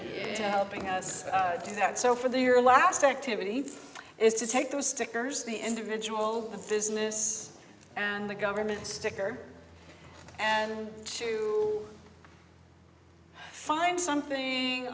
to helping us do that so for the year last activity is to take those stickers the individual the business and the government sticker and to find something